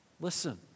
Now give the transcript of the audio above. Listen